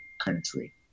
country